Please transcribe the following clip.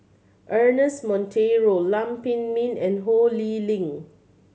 Ernest Monteiro Lam Pin Min and Ho Lee Ling